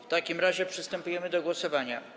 W takim razie przystępujemy do głosowania.